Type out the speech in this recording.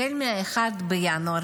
החל מ-1 בינואר,